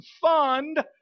fund